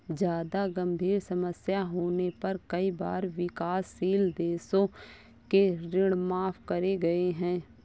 जादा गंभीर समस्या होने पर कई बार विकासशील देशों के ऋण माफ करे गए हैं